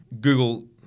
Google